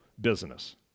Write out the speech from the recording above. business